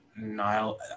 Niall